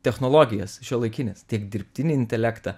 technologijas šiuolaikines tiek dirbtinį intelektą